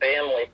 family